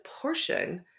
portion